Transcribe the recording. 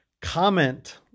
comment